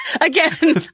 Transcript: Again